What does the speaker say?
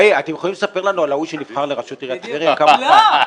חשבתי שאתה שואל על עיריית טבריה.